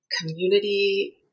community